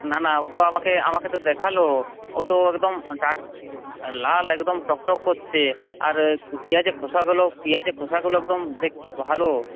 না না ও তো আমাকে আমাকে তো দেখালো ও তো একদম লাল একদম টকটক করছে আর পেঁয়াজের খোসাগুলো পেঁয়াজের খোসাগুলো একদম দেখছি ভালো